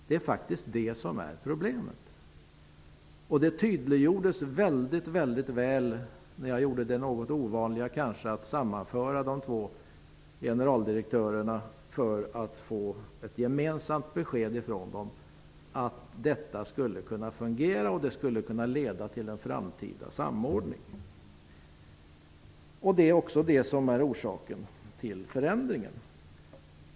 Det är det som är problemet, och det tydliggjordes mycket väl när jag gjorde det kanske något ovanliga och sammanförde de två generaldirektörerna för att få ett gemensamt besked ifrån dem om huruvida detta skulle kunna fungera och leda till en framtida samordning. Detta är också orsaken till förändringen.